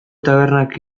tabernak